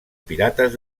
pirates